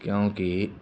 ਕਿਉਂਕਿ